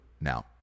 now